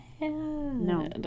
No